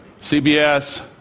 CBS